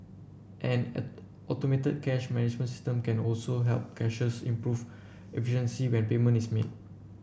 an a automated cash management system can also help cashiers improve efficiency when payment is made